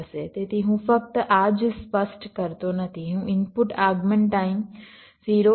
તેથી હું ફક્ત આ જ સ્પષ્ટ કરતો નથી હું ઇનપુટ આગમન ટાઈમ 0 0 અને 0